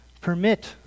permit